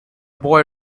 boy